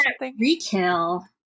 retail